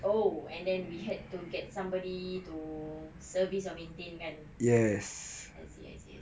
oh and then we had to get somebody to service or maintain kan yes yes yes